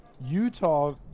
Utah